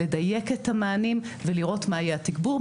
לדייק את המענים ולראות מה יהיה התגבור,